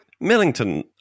millington